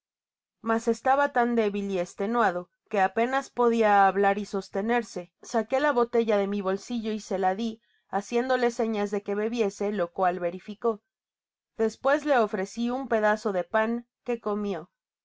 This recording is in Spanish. mas estaba tan débil y estenuado que apenas podia hablar y sostenerse saqué h botella de mi bolsillo y se la di haciéndole señas de que bebiese lo cual verificó despues le ofreci un pedazo de pao que comió